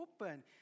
open